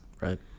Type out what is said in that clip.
Right